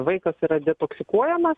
vaikas yra detoksikuojamas